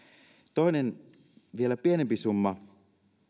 toinen vielä pienempi summa